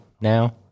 now